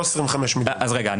לא 25,000,000. רגע,